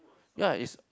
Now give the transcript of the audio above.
ya is